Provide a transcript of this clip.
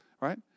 Right